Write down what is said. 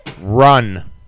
Run